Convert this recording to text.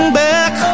back